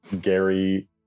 Gary